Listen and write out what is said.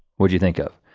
what do you think of?